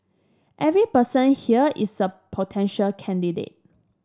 every person here is a potential candidate